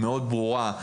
ברורה,